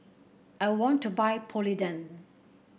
I want to buy Polident